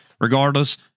regardless